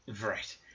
Right